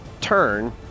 turn